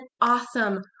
awesome